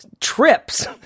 trips